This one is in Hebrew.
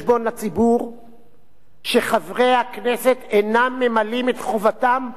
שחברי הכנסת אינם ממלאים את חובתם בדבר החשוב ביותר: